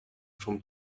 from